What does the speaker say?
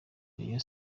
rayon